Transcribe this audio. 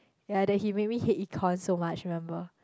ya then he made me hate econs so much remember